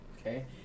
Okay